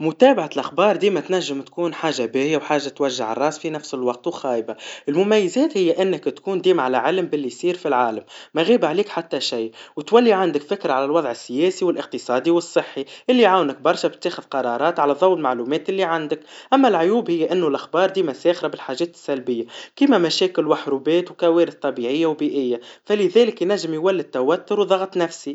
متابعة الاخبار ديما تنجم تكون حاجا باهيا وحاجا توجع الراس في نفس الوقت وخايبا, المميزات هياا إنك تكون ديما على علم باللي يصير في العالم, مغاب عليك حتى شي, وتولي عندك فكرا عن الوضع السياسي والإقتصادي والصحي, اللي يعاونك برشا تاخد قرارات على ضو الممعلومات اللي عندك, أما العيوب إنه الاخبار ديما ساخرا بالحاجات السبيا, كيما مشاكل وحروبات, وكوارث طبيعيا وبيئيا, فلذلك ينجم يولد توتر وضغط نفسي.